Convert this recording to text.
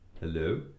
Hello